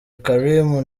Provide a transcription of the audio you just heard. karim